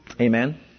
Amen